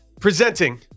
presenting